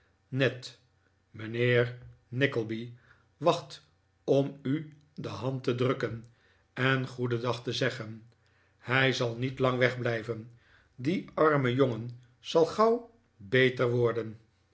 ned mijnheer nickleby wacht om u de hand te drukken en goedendag te zeggen hij zal niet lang wegblijven die arme jongen zal gauw beter worden